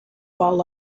fall